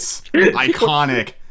iconic